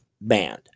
banned